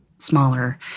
Smaller